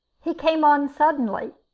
he came on suddenly.